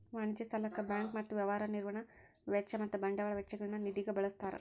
ವಾಣಿಜ್ಯ ಸಾಲಕ್ಕ ಬ್ಯಾಂಕ್ ಮತ್ತ ವ್ಯವಹಾರ ನಿರ್ವಹಣಾ ವೆಚ್ಚ ಮತ್ತ ಬಂಡವಾಳ ವೆಚ್ಚ ನ್ನ ನಿಧಿಗ ಬಳ್ಸ್ತಾರ್